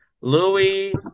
Louis